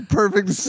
perfect